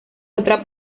otra